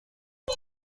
the